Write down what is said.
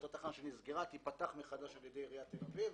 אותה תחנה שנסגרה תיפתח מחדש על ידי עיריית תל אביב.